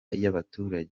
y’abaturage